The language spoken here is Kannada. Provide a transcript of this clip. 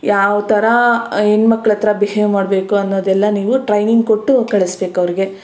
ಯಾವ ಥರ ಹೆಣ್ಮಕ್ಳಹತ್ರ ಬಿಹೇವ್ ಮಾಡಬೇಕು ಅನ್ನೋದೆಲ್ಲ ನೀವು ಟ್ರೈನಿಂಗ್ ಕೊಟ್ಟು ಕಳಿಸ್ಬೇಕು ಅವರಿಗೆ